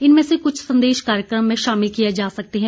इनमें से कुछ संदेश कार्यक्रम में शामिल किए जा सकते हैं